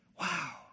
Wow